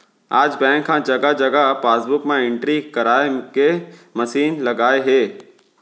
आज बेंक ह जघा जघा पासबूक म एंटरी कराए के मसीन लगाए हे